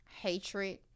hatred